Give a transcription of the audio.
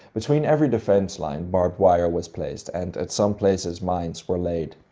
between every defensive line barbed wire was placed and at some places mines were laid.